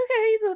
Okay